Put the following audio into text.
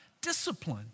discipline